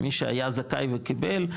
מי שהיה זכאי וקיבל,